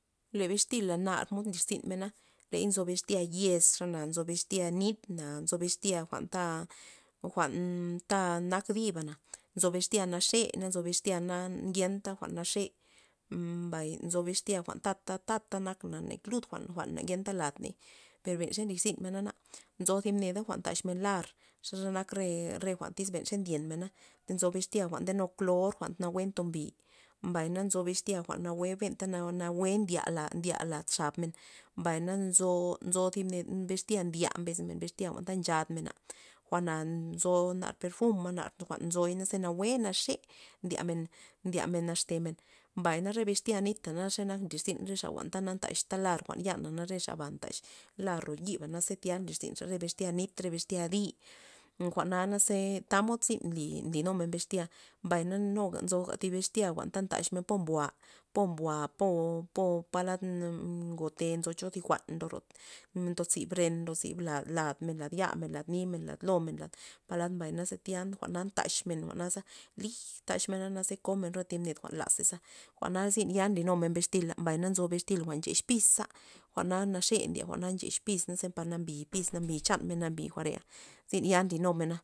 Le bixtila nar mod nlirzyn mena, ley nzo bixtya yez xa nzo bixtya nit na, nzo bixtya jwa'n ta jwa'n ta nak di'bana, nzo bixtya naxe na nzo bixtya na nangenta jwa'n naxe, mbay nzo bixtya jwa'n tata nak na lud jwa'n- jwa'n na ngenta ladney per xe nlirzyn mena na, nzo thib neda jwa'n ndaxmen lar xe nak re tyz ze ndyen men tzo bixtya jwa'n ndenu klor jwa'n nawue ntombi, mbay na nzo bixtya jwa'n nawue anta nawue ndya la lad xab lad men, mbay na nzo- nzo thib net bixtya ndya mbes men ta nchad mena jwa'na nzo nar perfuma' nar jwa'n nzoy ze nawue naxe ndyamen- ndyamen naxtemen, mbayna re bixtil nita naxe nak nlirzyn jwa'n na ntaxta lar jwa'n ya'na re xa ba ndaax lar ro biba naza nlirzynxa re bixtil nir re bixtil nit jwa'na naze tamod zyn nli komen bixtya mbay na nuga nzo bixtya jwa'n ta ndaxmen po mbu'a- mbu'a po- po palad na ngote nzo cho thi jwa'n ndorote ndozib ren ndozib lad- ladmen lad yamen lad nimen lad lomen lad palad mbay naze tya jwa'na ndaxmen jwa'na za lij taxmena naze komen re thib ned jwa'n lazei za jwa'na zyn ya nly numen bixtila mbay na nzo bixtya jwa'n dazmen pis za jwa'na naxe ndye nxex pis ze na nambi pis mbi chanmen mbi jwa'reta zyn ya nlinumena.